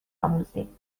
آموزی